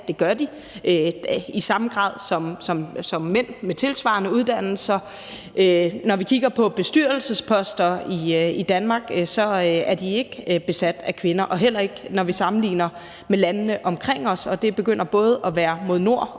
det gør de, i samme grad som mænd med tilsvarende uddannelser. Når vi kigger på bestyrelsesposter i Danmark, er de ikke besat af kvinder, og når vi sammenligner med landene omkring os – og sådan begynder det at være både mod